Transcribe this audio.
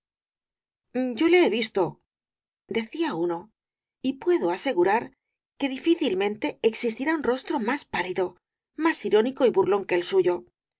yo le he visto decía uno y puedo asegurar que difícilmente existirá un rostro más pálido más irónico y burlón que el suyo a